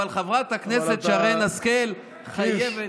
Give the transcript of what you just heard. אבל חברת הכנסת שרן השכל חייבת,